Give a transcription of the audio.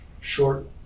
short